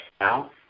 now